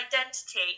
identity